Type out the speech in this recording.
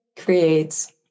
creates